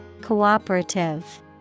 Cooperative